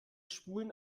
spulen